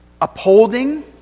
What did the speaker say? Upholding